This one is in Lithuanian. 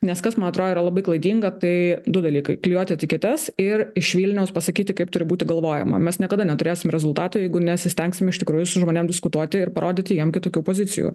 nes kas man atrodo yra labai klaidinga tai du dalykai klijuoti etiketes ir iš vilniaus pasakyti kaip turi būti galvojama mes niekada neturėsim rezultato jeigu nesistengsim iš tikrųjų su žmonėm diskutuoti ir parodyti jiem kitokių pozicijų